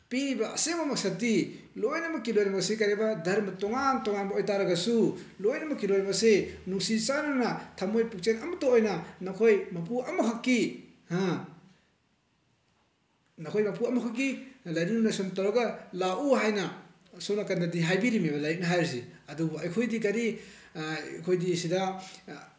ꯄꯤꯔꯤꯕ ꯑꯁꯦꯡꯕ ꯃꯁꯛꯇꯤ ꯂꯣꯏꯅꯃꯛꯀꯤꯗ ꯃꯁꯤ ꯀꯔꯤꯕ ꯙꯔꯃ ꯇꯣꯉꯥꯟ ꯇꯣꯉꯥꯟꯕ ꯑꯣꯏ ꯇꯥꯔꯒꯁꯨ ꯂꯣꯏꯅꯃꯛꯀꯤ ꯂꯣꯏꯃꯛꯁꯤ ꯅꯨꯡꯁꯤ ꯆꯥꯅꯅ ꯊꯃꯣꯏ ꯄꯨꯛꯆꯦꯜ ꯑꯃꯠꯇ ꯑꯣꯏꯅ ꯅꯈꯣꯏ ꯃꯄꯨ ꯑꯃꯈꯛꯀꯤ ꯅꯈꯣꯏ ꯃꯄꯨ ꯑꯃꯈꯛꯀꯤ ꯂꯥꯏꯅꯤꯡ ꯂꯥꯏꯁꯣꯟ ꯇꯧꯔꯒ ꯂꯥꯛꯎ ꯍꯥꯏꯅ ꯁꯣꯝ ꯅꯥꯀꯟꯗꯗꯤ ꯍꯥꯏꯕꯤꯔꯤꯝꯅꯦꯕ ꯂꯥꯏꯔꯤꯛꯅ ꯍꯥꯏꯔꯤꯁꯤ ꯑꯗꯨꯕꯨ ꯑꯩꯈꯣꯏꯒꯤ ꯀꯔꯤ ꯑꯩꯈꯣꯏꯒꯤ ꯁꯤꯗ